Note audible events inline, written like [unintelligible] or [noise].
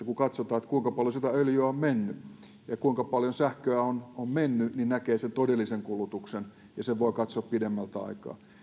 [unintelligible] kun katsotaan kuinka paljon sitä öljyä on mennyt ja kuinka paljon sähköä on on mennyt näkee sen todellisen kulutuksen ja sen voi katsoa pidemmältä aikaa